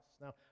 Now